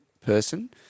person